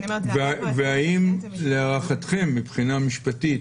האם להערכתם מבחינה משפטית